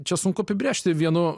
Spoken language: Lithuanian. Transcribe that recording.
čia sunku apibrėžti vienu